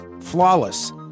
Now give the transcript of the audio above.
Flawless